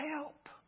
help